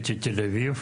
תל אביב,